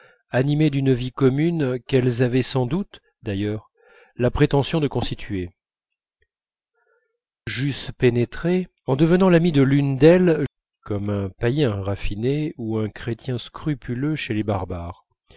animé d'une vie commune qu'elles avaient sans doute d'ailleurs la prétention de constituer j'eusse pénétré en devenant l'ami de l'une d'elles comme un païen raffiné ou un chrétien scrupuleux chez les barbares